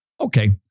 Okay